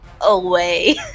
Away